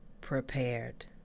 prepared